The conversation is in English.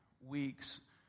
weeks